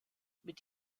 mit